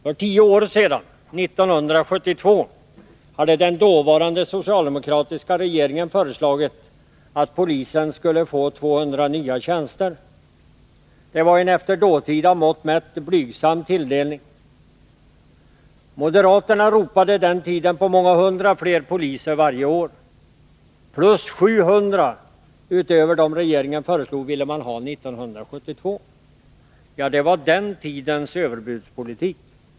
För tio år sedan, 1972, hade den dåvarande socialdemokratiska regeringen föreslagit att polisen skulle få 200 nya tjänster. Det var en efter dåtida mått mätt blygsam tilldelning. Moderaterna ropade under den tiden på många hundra fler poliser varje år. 700 tjänster utöver dem som regeringen föreslog ville man ha 1972. Det var den tidens överbudspolitik.